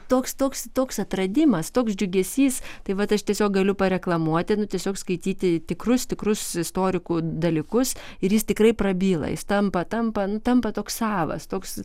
toks toks toks atradimas toks džiugesys tai vat aš tiesiog galiu pareklamuoti nu tiesiog skaityti tikrus tikrus istorikų dalykus ir jis tikrai prabyla jis tampa tampa nu tampa toks savas toks